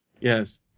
Yes